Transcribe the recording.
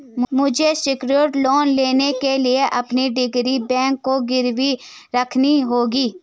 मुझे secured loan लेने के लिए अपनी डिग्री बैंक को गिरवी रखनी होगी